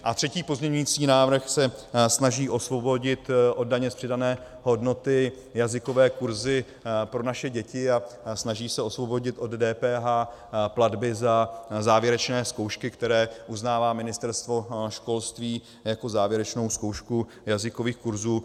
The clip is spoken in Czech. A třetí pozměňující návrh se snaží osvobodit od daně z přidané hodnoty jazykové kurzy pro naše děti a snaží se osvobodit od DPH platby za závěrečné zkoušky, které uznává Ministerstvo školství jako závěrečnou zkoušku jazykových kurzů.